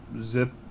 Zip